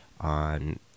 on